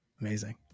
Amazing